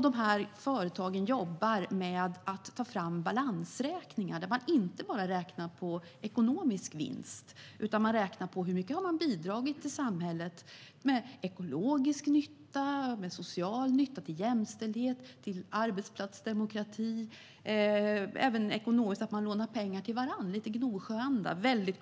Dessa företag jobbar med att ta fram balansräkningar där man inte bara räknar på ekonomisk vinst utan också på hur mycket man har bidragit till samhället i form av ekologisk nytta, social nytta, jämställdhet och arbetsplatsdemokrati. Det är även ekonomiskt - man lånar pengar till varandra i gnosjöanda. Dessa